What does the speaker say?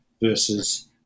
versus